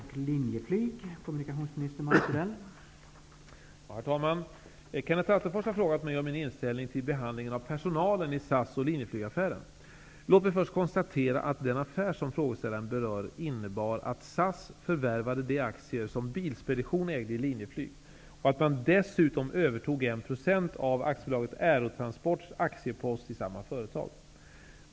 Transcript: Herr talman! Kenneth Attefors har frågat mig om min inställning till behandlingen av personalen i Låt mig först konstatera att den affär som frågeställaren berör innebar att SAS förvärvade de aktier som Bilspedition ägde i Linjeflyg och att man dessutom övertog en procent av AB Aerotransports aktiepost i samma företag.